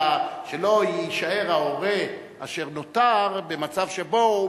שלא יישאר ההורה אשר נותר במצב שבו הוא